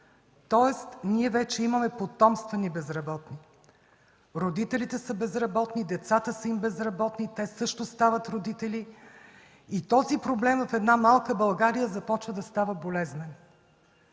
тоест ние вече имаме потомствени безработни – родителите са безработни, децата им са безработни, те също стават родители и този проблем в една малка България започва да става болезнен.